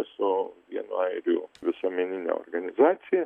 su vienu airių visuomenine organizacija